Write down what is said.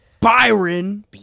Byron